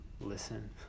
listen